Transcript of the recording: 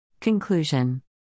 Conclusion